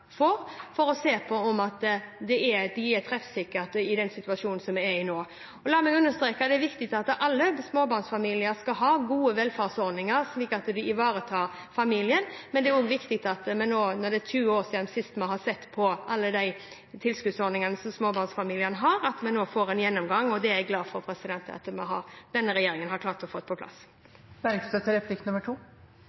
for å se om de er treffsikre i den situasjonen som vi er i nå. La meg understreke at det er viktig at alle småbarnsfamilier skal ha gode velferdsordninger, slik at de ivaretar familien, men det er også viktig at vi nå, når det er 20 år siden vi sist så på alle tilskuddsordningene som småbarnsfamiliene har, får en gjennomgang. Det er jeg glad for at denne regjeringen har klart å få på